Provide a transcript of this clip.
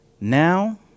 Now